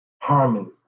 harmony